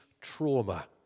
trauma